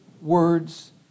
Words